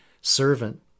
Servant